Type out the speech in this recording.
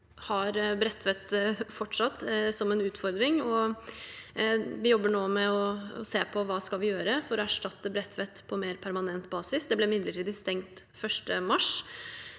Bredtveit fengsel som en utfordring, og vi jobber nå med å se på hva vi skal gjøre for å erstatte Bredtveit på mer permanent basis. Det ble midlertidig stengt 1. mars.